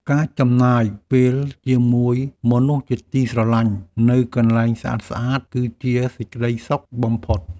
ការចំណាយពេលជាមួយមនុស្សជាទីស្រឡាញ់នៅកន្លែងស្អាតៗ គឺជាសេចក្តីសុខបំផុត។